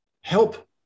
help